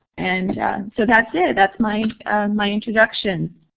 and so that's it. that's my my introduction.